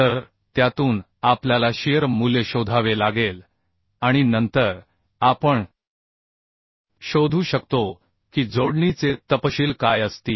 तर त्यातून आपल्याला शिअर मूल्य शोधावे लागेल आणि नंतर आपण शोधू शकतो की जोडणीचे तपशील काय असतील